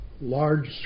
large